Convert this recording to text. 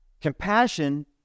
compassion